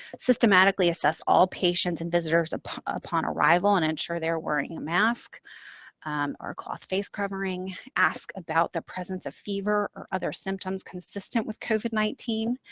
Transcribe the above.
systematically assess all patients and visitors upon upon arrival and ensure they're wearing a mask or cloth face covering, ask about the presence of fever or other symptoms consistent with covid nineteen,